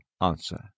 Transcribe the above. answer